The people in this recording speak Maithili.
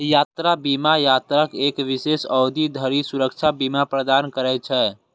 यात्रा बीमा यात्राक एक विशेष अवधि धरि सुरक्षा बीमा प्रदान करै छै